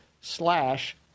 slash